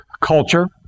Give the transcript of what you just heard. culture